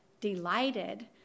delighted